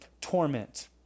torment